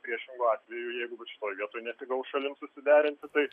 priešingu atveju jeigu šitoj vietoj nesigaus šalims susiderinti tai